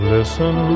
Listen